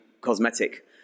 cosmetic